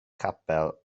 capel